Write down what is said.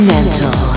Mental